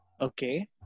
Okay